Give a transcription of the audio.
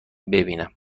ببینم